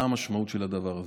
מהי המשמעות של הדבר הזה.